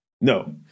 No